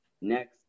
Next